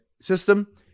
system